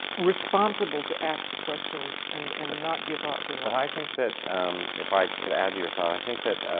responsible to ask the questions and and and not give up, in a way. but i think that if i could add to your thought i think that